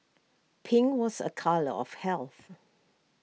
pink was A colour of health